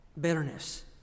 Bitterness